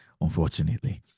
unfortunately